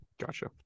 Gotcha